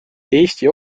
eesti